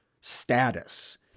status